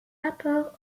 rapport